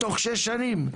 בתוך שש שנים?